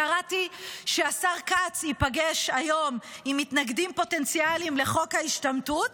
קראתי שהשר כץ ייפגש היום עם מתנגדים פוטנציאליים לחוק ההשתמטות,